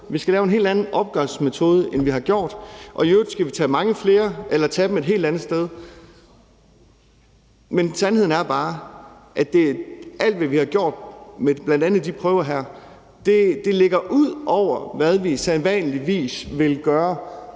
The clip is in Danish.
man skal bruge en hel anden opgørelsesmetode, end man har brugt, og at man i øvrigt skal tage mange flere prøver eller tage dem et helt andet sted. Men sandheden er bare, at alt, hvad vi har gjort med bl.a. de prøver her, ligger ud over, hvad vi sædvanligvis vil gøre